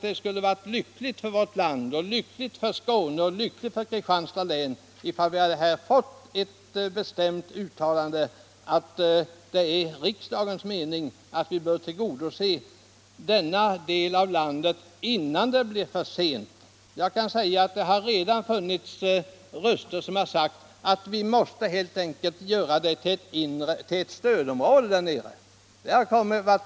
Det skulle ha varit lyckligt för vårt land, för Skåne och för Kristianstads län, om vi här hade fått ett bestämt uttalande att det är riksdagens mening att tillgodose denna del av landet innan det blir för sent. Redan har röster sagt att vi helt enkelt måste göra detta område till ett stödområde.